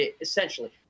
essentially